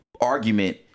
argument